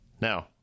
Now